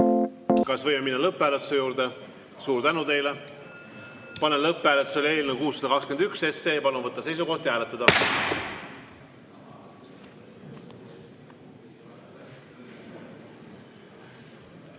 Kas võime minna lõpphääletuse juurde? Suur tänu teile! Panen lõpphääletusele eelnõu 621. Palun võtta seisukoht ja hääletada!